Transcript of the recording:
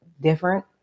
different